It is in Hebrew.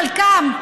חלקם,